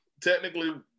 technically